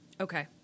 Okay